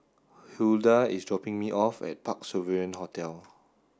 Huldah is dropping me off at Parc Sovereign Hotel